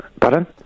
Pardon